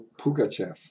Pugachev